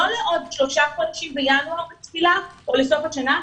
לא לעוד שלושה חודשים בינואר או לסוף השנה,